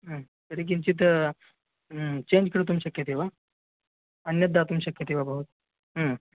तर्हि किञ्चित् चेञ्ज् कर्तुं शक्यते वा अन्यत् दातुं शक्यते वा भवान्